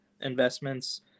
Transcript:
investments